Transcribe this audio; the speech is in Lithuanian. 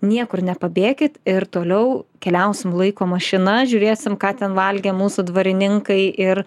niekur nepabėkit ir toliau keliausim laiko mašina žiūrėsim ką ten valgė mūsų dvarininkai ir